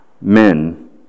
men